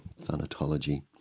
thanatology